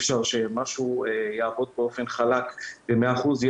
אפשר שמשהו יעבוד באופן חלק במאה אחוז.